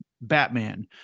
batman